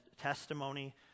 testimony